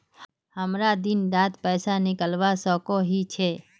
हमरा दिन डात पैसा निकलवा सकोही छै?